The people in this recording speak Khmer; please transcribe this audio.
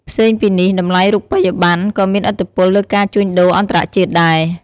ផ្សេងពីនេះតម្លៃរូបិយប័ណ្ណ ក៏មានឥទ្ធិពលលើការជួញដូរអន្តរជាតិដែរ។